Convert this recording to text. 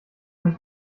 nicht